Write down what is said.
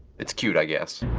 it's cute, i guess.